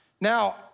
Now